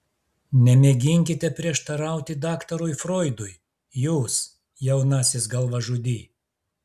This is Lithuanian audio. nemėginkite prieštarauti daktarui froidui jūs jaunasis galvažudy